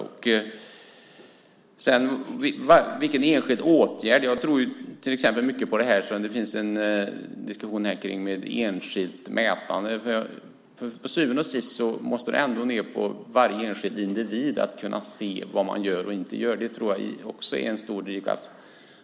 Vad gäller vilken enskild åtgärd som är viktig finns det en diskussion om enskilt mätande. Till syvende och sist måste det ändå ned på individnivå så att varje enskild individ ska kunna se vad man gör och inte gör. Det tror jag också är en stor drivkraft.